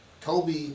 Kobe